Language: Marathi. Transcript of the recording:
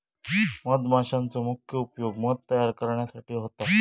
मधमाशांचो मुख्य उपयोग मध तयार करण्यासाठी होता